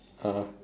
!huh!